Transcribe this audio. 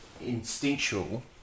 instinctual